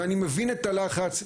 ואני מבין את הלחץ,